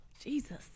jesus